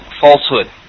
falsehood